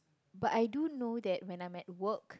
but I do know that when I'm at work